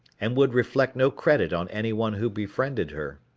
and would reflect no credit on anyone who befriended her.